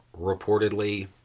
reportedly